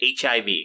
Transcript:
HIV